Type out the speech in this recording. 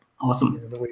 Awesome